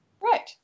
Right